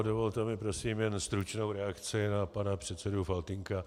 Dovolte mi prosím jen stručnou reakci na pana předsedu Faltýnka.